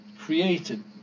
created